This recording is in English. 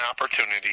opportunity